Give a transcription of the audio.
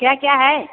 क्या क्या है